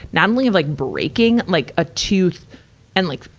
not only of like breaking like a tooth and like,